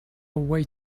way